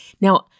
Now